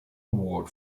award